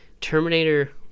Terminator